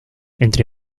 entre